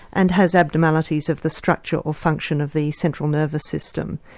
and has abnormalities of the structure or function of the central nervous system.